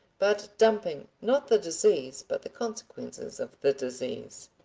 but dumping not the disease, but the consequences of the disease.